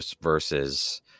versus